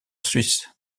suisse